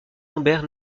lambert